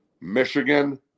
Michigan